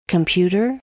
Computer